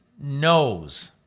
knows